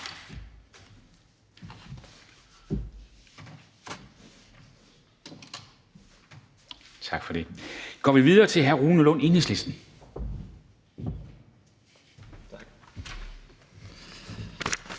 tak for det – går vi videre til hr. Rune Lund, Enhedslisten. Kl.